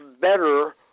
better